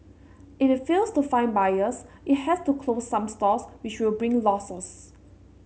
if it fails to find buyers it has to close some stores which will bring losses